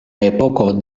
epoko